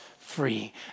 free